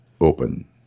open